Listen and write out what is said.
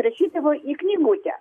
rašydavo į knygutę